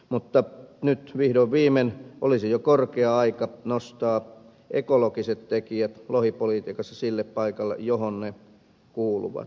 mutta nyt vihdoin viimein olisi jo korkea aika nostaa ekologiset tekijät lohipolitiikassa sille paikalle johon ne kuuluvat